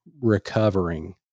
recovering